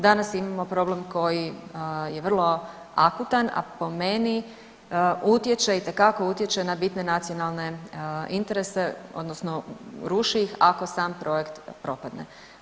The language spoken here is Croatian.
Danas imamo problem koji je vrlo akutan, a po meni utječe itekako utječe na bitne nacionalne interese odnosno ruši ih ako sam projekt propadne.